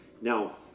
now